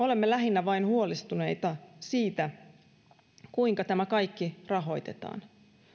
olemme lähinnä vain huolestuneita siitä kuinka tämä kaikki rahoitetaan